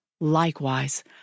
Likewise